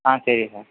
ஆ சரி சார்